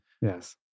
yes